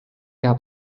hea